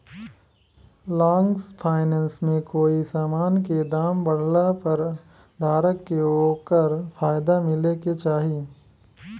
long finance में कोई समान के दाम बढ़ला पर धारक के ओकर फायदा मिले के चाही